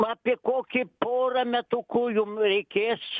apie kokį porą metukų jum reikės